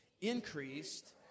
Increased